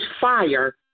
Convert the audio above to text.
fire